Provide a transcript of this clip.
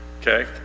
okay